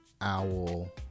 Owl